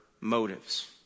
motives